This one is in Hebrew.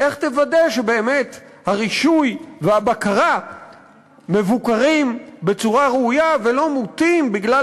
איך תוודא שבאמת הרישוי והבקרה מבוקרים בצורה ראויה ולא מוטים בגלל